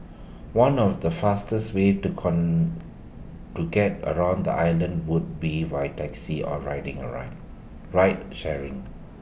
one of the fastest ways to con to get around the island would be via taxi or riding A ride ride sharing